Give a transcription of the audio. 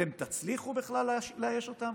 אתם תצליחו בכלל לאייש אותם?